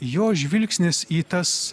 jo žvilgsnis į tas